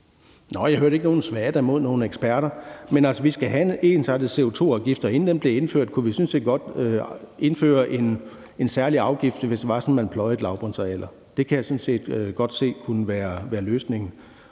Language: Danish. Nåh, jeg hørte ikke nogen svada mod nogle eksperter, men vi skal have en ensartet CO2-afgift, og inden den bliver indført, kunne vi sådan set godt indføre en særlig afgift, hvis det var sådan, at man pløjede lavbundsarealer. Det kan jeg sådan set godt se kunne være løsningen.